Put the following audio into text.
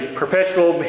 perpetual